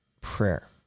prayer